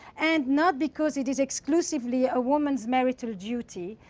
and not because it is exclusively a woman's marital duty.